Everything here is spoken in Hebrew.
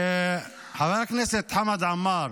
חבר הכנסת חמד עמאר,